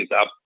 up